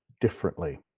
differently